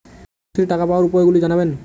কন্যাশ্রীর টাকা পাওয়ার উপায়গুলি জানাবেন?